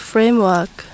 Framework